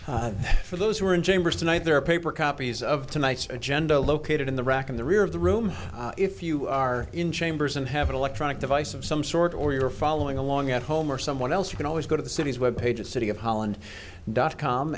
all for those who are in james tonight their paper copies of tonight's agenda located in the rack in the rear of the room if you are in chambers and have an electronic device of some sort or you are following along at home or someone else you can always go to the city's web pages city of holland dot com